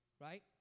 Right